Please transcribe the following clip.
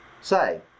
Say